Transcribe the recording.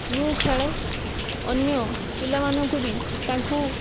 ମୁଁ ଖେଳେ ଅନ୍ୟ ପିଲାମାନଙ୍କୁ ବି ତାଙ୍କୁ